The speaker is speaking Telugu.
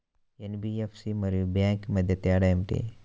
ఎన్.బీ.ఎఫ్.సి మరియు బ్యాంక్ మధ్య తేడా ఏమిటి?